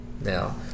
now